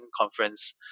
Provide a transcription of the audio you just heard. conference